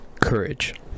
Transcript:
Courage